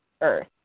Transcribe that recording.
Earth